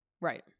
Right